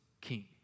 king